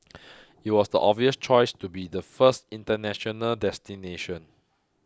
it was the obvious choice to be the first international destination